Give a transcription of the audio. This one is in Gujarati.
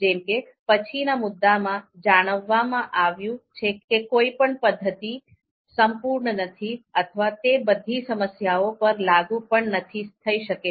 જેમ તે પછીના મુદ્દામાં જણાવવામાં આવ્યું છે કે કોઈપણ પદ્ધતિ સંપૂર્ણ નથી અથવા તે બધી સમસ્યાઓ પર લાગુ પણ નથી થઈ શકે છે